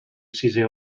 sisè